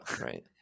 Right